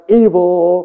evil